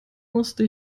musste